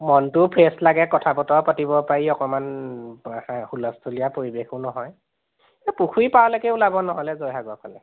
মনটোও ফ্ৰেছ লাগে কথা বতৰাও পাতিব পাৰি অকণমান হুলস্থুলীয়া পৰিৱেশো নহয় এ পুখুৰী পাৰলৈকে ওলাব নহ'লে জয়সাগৰৰ ফালে